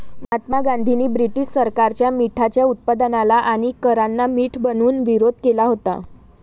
महात्मा गांधींनी ब्रिटीश सरकारच्या मिठाच्या उत्पादनाला आणि करांना मीठ बनवून विरोध केला होता